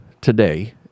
today